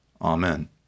amen